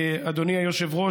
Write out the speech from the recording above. אדוני היושב-ראש,